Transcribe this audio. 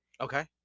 Okay